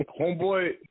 homeboy